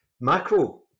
Macro